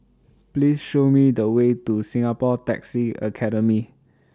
Please Show Me The Way to Singapore Taxi Academy